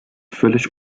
völlig